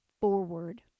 forward